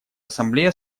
ассамблея